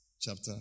chapter